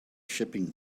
shipping